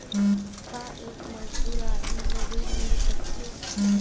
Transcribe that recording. का एक मजदूर आदमी ल ऋण मिल सकथे?